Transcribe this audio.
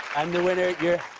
i'm the winner, you're